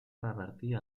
revertir